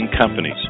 companies